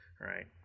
right